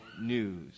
news